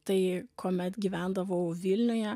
tai kuomet gyvendavau vilniuje